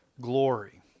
glory